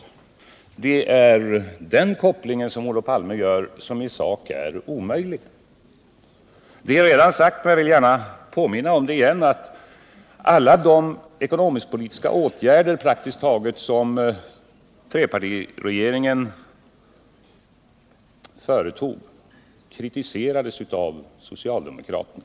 Det är den kopplingen som Olof Palme gör och som i sak är omöjlig. Det är redan sagt, men jag vill gärna påminna om det igen: Praktiskt taget alla de ekonomisk-politiska åtgärder som trepartiregeringen företog kritiserades av socialdemokraterna.